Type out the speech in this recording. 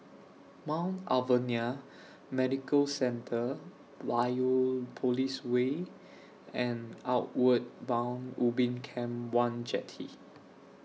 Mount Alvernia Medical Centre Biopolis Way and Outward Bound Ubin Camp one Jetty